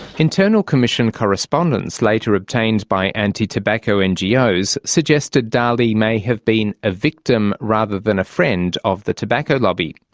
internal commission correspondence later obtained by anti-tobacco ngos suggested dalli may have been a victim rather than a friend of the tobacco lobby.